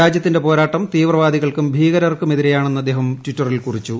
രാജ്യത്തിന്റെ പോരാട്ടം തീവ്രവാദികൾക്കും ഭൂട്ടീക്ടർക്കും എതിരെയാണെന്ന് അദ്ദേഹം ട്വീറ്റിൽ കുറിച്ചു